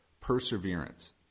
perseverance